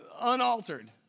unaltered